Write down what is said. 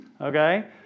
okay